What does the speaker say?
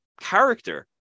character